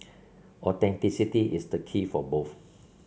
authenticity is the key for both